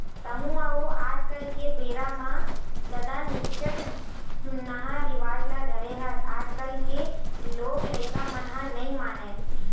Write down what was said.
तँहू ह ओ आज के बेरा म ददा निच्चट जुन्नाहा रिवाज ल धरे हस आजकल के लोग लइका मन ह नइ मानय